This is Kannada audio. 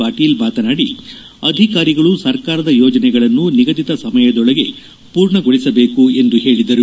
ಪಾಟೀಲ್ ಮಾತನಾಡಿ ಅಧಿಕಾರಿಗಳು ಸರ್ಕಾರದ ಯೋಜನೆಗಳನ್ನು ನಿಗದಿತ ಸಮಯದೊಳಗೆ ಪೂರ್ಣಗೊಳಿಸಬೇಕು ಎಂದು ಹೇಳಿದರು